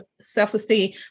self-esteem